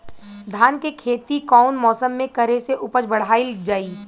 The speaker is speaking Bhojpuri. धान के खेती कौन मौसम में करे से उपज बढ़ाईल जाई?